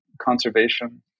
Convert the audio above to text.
conservation